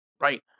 right